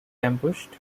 ambushed